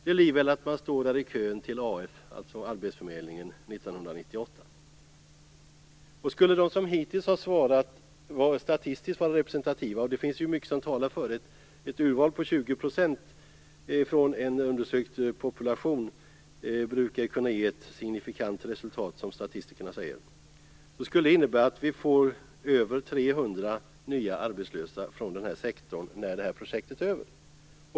Det blir väl att man står där i kön till Det finns mycket som talar för att de som hittills har svarat är statistiskt representativa. Ett urval på 20 % från en undersökt population brukar kunna ge ett signifikant resultat, som statistikerna säger. Det skulle då innebära att vi får över 300 nya arbetslösa från den här sektorn när det här projektet är över.